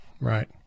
right